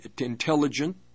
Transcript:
intelligent